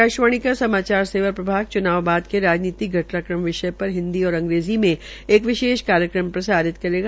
आकाशवाणी का समाचार सेवा प्रभाग च्नाव बाद के राजनीतिक घटनाक्रम विषय पर हिन्दी और अंग्रेजी में एक विशेष कार्यक्रम प्रसारित करेगा